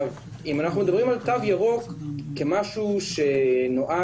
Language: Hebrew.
אם אנחנו מדברים על תו ירוק כמשהו שנועד